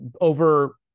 over